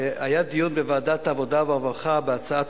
היה דיון בוועדת העבודה והרווחה בהצעת